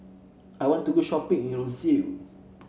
I want to go shopping in Roseau